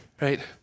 Right